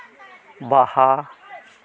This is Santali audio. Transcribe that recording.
ᱵᱟᱦᱟ